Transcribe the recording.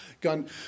gun